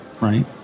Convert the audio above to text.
Right